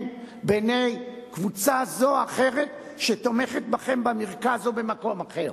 בעיני קבוצה זו או אחרת שתומכת בכם במרכז או במקום אחר.